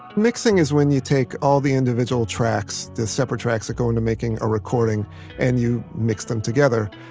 mixing is when you take all the individual tracks, the separate tracks that go into making a recording and you mix them together.